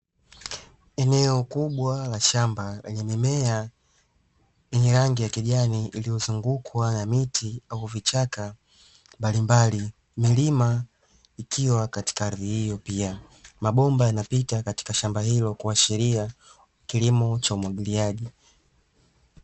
Eneo kubwa la shamba lenye mimea yenye rangi ya kijani iliyozungukwa na miti au vichaka mbalimbali, milima ikiwa katika hali hiyo pia mabomba yanapita katika shamba hilo kuashiria kilimo cha umwagiliaji.